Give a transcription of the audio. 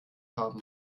haben